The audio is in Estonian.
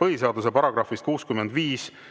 põhiseaduse §-st 65,